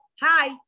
hi